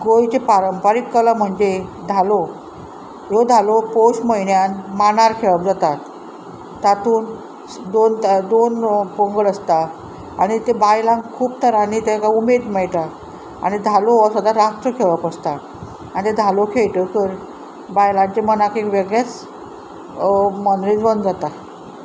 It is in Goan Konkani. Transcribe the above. गोंयचे पारंपारीक कला म्हणजे धालो ह्यो धालो पौष म्हयन्यान मांडार खेळप जातात तातूंत दोन दोन पंगड आसता आनी ते बायलांक खूब तरांनी ताका उमेद मेळटा आनी धालो हो सदांच रातचो खेळप आसता आनी धालो खेळटकच बायलांच्या मनाक एक वेगळेंच मनरिजवण जाता